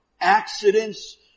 Accidents